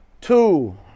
Two